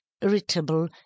irritable